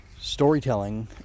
storytelling